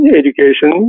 education